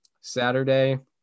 Saturday